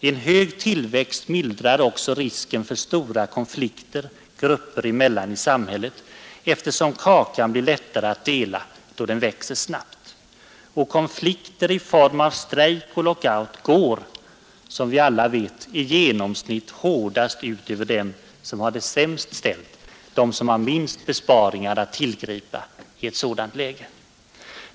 En hög tillväxt mildrar också risken för stora konflikter grupper emellan i samhället, eftersom kakan blir lättare att dela då den växer snabbt. Konflikter i form av strejk och lockout går dessutom, som vi alla vet, i genomsnitt hårdast ut över dem som har det sämst ställt, över dem som har minst besparingar att tillgripa i ett sådant läge.